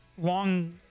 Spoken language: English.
long—